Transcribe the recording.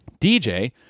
DJ